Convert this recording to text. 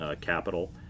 capital